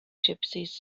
gypsies